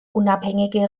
unabhängige